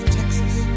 Texas